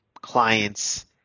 clients